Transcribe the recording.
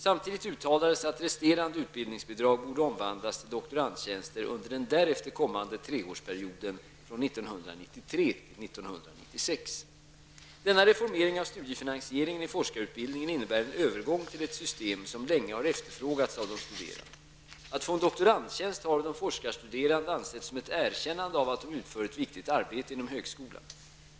Samtidigt uttalades att resterande utbildningsbidrag borde omvandlas till doktorandtjänster under den därefter kommande treårsperioden från 1993 till 1996. Denna reformering av studiefinansieringen i forskarutbildningen innebär en övergång till ett system som länge har efterfrågats av de studerande. Att få en doktorandtjänst har av de forskarstuderande ansetts som ett erkännande av att de utför ett viktigt arbete inom högskolan.